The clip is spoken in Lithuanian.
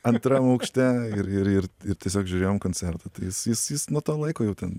antram aukšte ir ir ir ir tiesiog žiūrėjom koncertą tai jis jis jis nuo to laiko jau ten